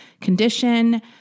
condition